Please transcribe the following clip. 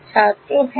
ছাত্র হ্যাঁ